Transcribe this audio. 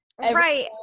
Right